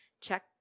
Check